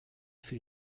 für